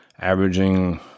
Averaging